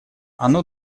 оно